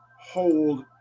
hold